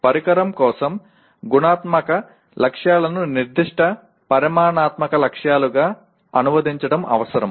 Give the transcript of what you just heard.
పరికరం కోసం గుణాత్మక లక్ష్యాలను నిర్దిష్ట పరిమాణాత్మక లక్ష్యాలుగా అనువదించడం అవసరం